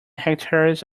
hectares